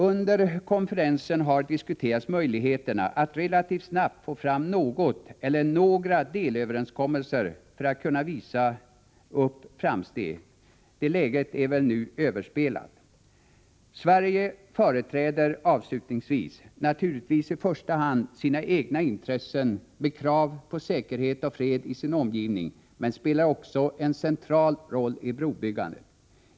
Under konferensen har diskuterats möjligheterna att relativt snabbt få fram någon eller några delöverenskommelser för att kunna visa upp framsteg. Detta läge är väl nu överspelat. Sverige företräder naturligtvis i första hand sina egna intressen med krav på säkerhet och fred i sin omgivning men spelar också en central roll i brobyggandet.